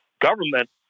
government